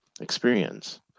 experience